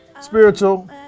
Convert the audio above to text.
spiritual